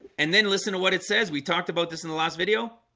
and then listen to what it says we talked about this in the last video